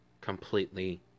completely